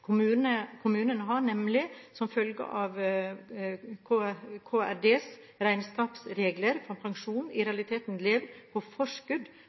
Kommunene har nemlig, som følge av KRDs regnskapsregler for pensjon, i realiteten levd på forskudd